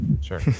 Sure